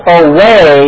away